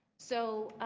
so